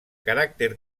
caràcter